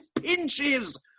pinches